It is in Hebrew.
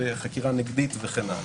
חקירה נגדית וכן הלאה.